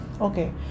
okay